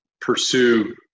pursue